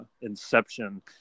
Inception